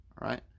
right